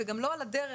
ולא על הדרך.